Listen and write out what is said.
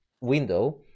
window